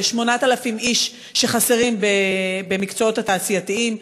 ל-8,000 איש שחסרים במקצועות התעשייתיים,